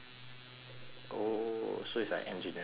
oh so it's like engineering kind of company